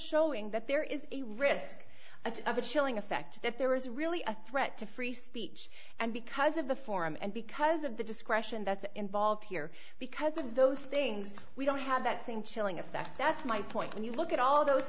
showing that there is a risk of a chilling effect that there is really a threat to free speech and because of the forum and because of the discretion that's involved here because of those things we don't have that same chilling effect that's my point when you look at all those